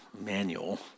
manual